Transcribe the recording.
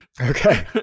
Okay